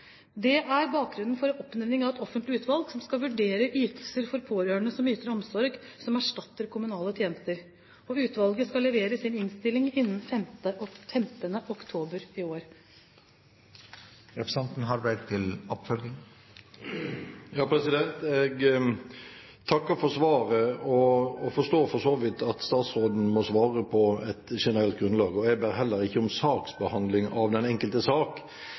Det er bakgrunnen for oppnevningen av et offentlig utvalg som skal vurdere ytelser for pårørende som yter omsorg som erstatter kommunale tjenester. Utvalget skal levere sin innstilling innen 15. oktober i år. Jeg takker for svaret og forstår for så vidt at statsråden må svare på et generelt grunnlag, og jeg ber heller ikke om saksbehandling av den enkelte sak,